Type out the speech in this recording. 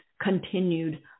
continued